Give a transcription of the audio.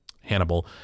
Hannibal